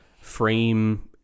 frame